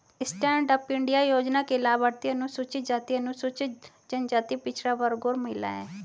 stand up India योजना के लाभार्थी अनुसूचित जाति, अनुसूचित जनजाति, पिछड़ा वर्ग और महिला है